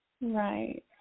Right